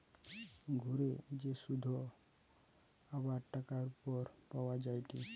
ঘুরে যে শুধ আবার টাকার উপর পাওয়া যায়টে